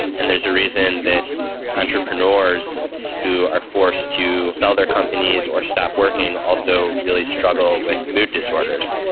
and there's a reason that entrepreneurs who are forced to sell their companies or stop working also really struggle with mood disorders.